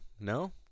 No